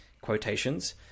quotations